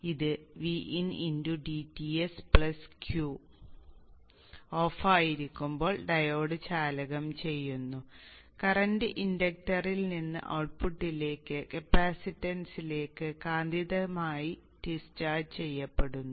അതിനാൽ ഇത് VindTs Q ഓഫായിരിക്കുമ്പോൾ ഡയോഡ് ചാലകം ചെയ്യുന്നു കറന്റ് ഇൻഡക്ടറിൽ നിന്ന് ഔട്ട്പുട്ടിലെ കപ്പാസിറ്റൻസിലേക്ക് കാന്തികമായി ഡിസ്ചാർജ് ചെയ്യപ്പെടുന്നു